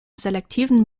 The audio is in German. selektiven